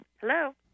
Hello